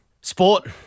Sport